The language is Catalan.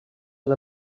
del